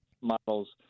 models